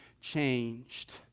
changed